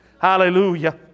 Hallelujah